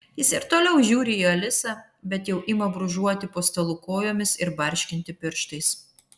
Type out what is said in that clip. jis ir toliau žiūri į alisą bet jau ima brūžuoti po stalu kojomis ir barškinti pirštais